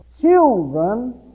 children